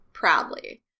Proudly